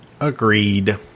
agreed